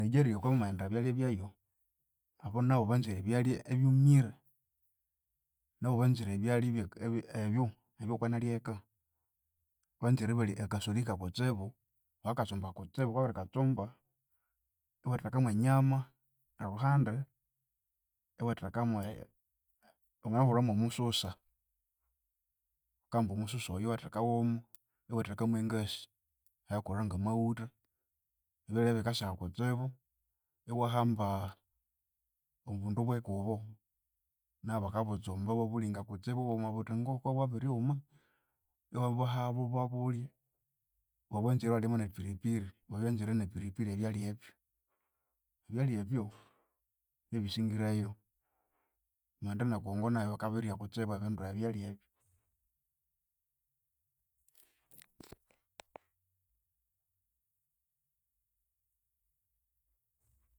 Nigeria wukabya wamayenda ebyalya byayu, abu nabu banzire ebyalya ebyumire. Nabu banzire ebyalya ebyaka ebyu ebyawukanalya eka. Banzire ibalya akasoli kakutsibu, bakakatsumba kutsibu. Wukabya wabirikatsumba, iwatheka mwe nyama yalhuhandi, iwatheka mwe wanginahulha mwomususa, bakabughambu omususa oyo iwathekawomo, iwatheka mwe ngasi iyakolha ngamawutha, ebyalya ebyo bikasiha kutsibu. Iwahamba obundu obweka obo nabu bakabutsumba iwabulinga kutsibu ibwuma buthi ngo, bukabya bwabiryuma iwabahabu ibabulya babwanzire iwathekamu nepiripiri babwanzire nepiripiri ebyalya ebyo. Ebyalya ebyo byebisingireyo wamaghenda ne kongo nayu bakabirya kutsibu ebindu ebyalya.